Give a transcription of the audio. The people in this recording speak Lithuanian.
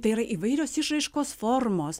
tai yra įvairios išraiškos formos